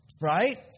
Right